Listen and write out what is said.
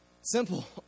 Simple